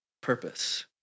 purpose